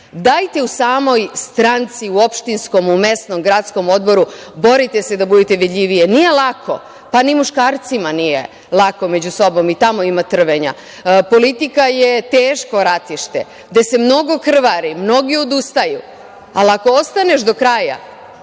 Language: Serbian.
u samoj stranci, u opštinskom, u mesnom, u gradskom odboru borite se da budete vidljivije. Nije lako, pa ni muškarcima nije lako među sobom, i tamo ima trvenja. Politika je teško ratište, gde se mnogo krvari, mnogi odustaju, ali ako ostaneš do kraja